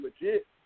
legit